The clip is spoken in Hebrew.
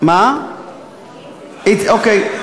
איציק.